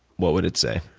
what would it say?